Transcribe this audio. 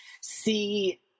see